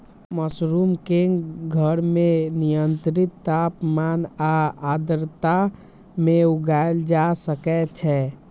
mushroom कें घर मे नियंत्रित तापमान आ आर्द्रता मे उगाएल जा सकै छै